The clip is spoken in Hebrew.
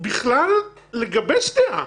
בכלל לגבש דעה.